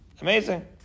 Amazing